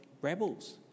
rebels